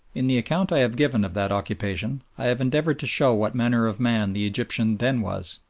in the account i have given of that occupation, i have endeavoured to show what manner of man the egyptian then was.